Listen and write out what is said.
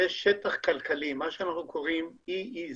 יש שטח כלכלת EEZ